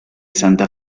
santa